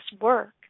work